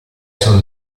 sono